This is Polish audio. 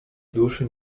duszy